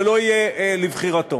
זה לא יהיה לבחירתו.